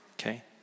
okay